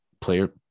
player